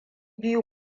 biyu